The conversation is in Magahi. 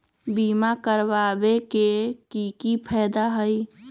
बीमा करबाबे के कि कि फायदा हई?